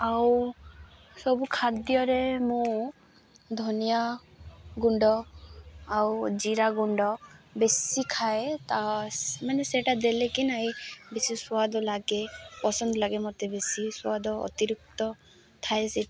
ଆଉ ସବୁ ଖାଦ୍ୟରେ ମୁଁ ଧନିଆ ଗୁଣ୍ଡ ଆଉ ଜିରା ଗୁଣ୍ଡ ବେଶୀ ଖାଏ ମାନେ ସେଇଟା ଦେଲେ କି ନାଇଁ ବେଶୀ ସୁଆାଦ ଲାଗେ ପସନ୍ଦ ଲାଗେ ମତେ ବେଶୀ ସୁଆଦ ଅତିରିକ୍ତ ଥାଏ ସେ